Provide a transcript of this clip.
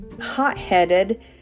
hot-headed